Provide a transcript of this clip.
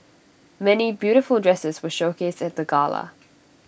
many beautiful dresses were showcased at the gala